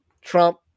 Trump